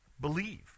believe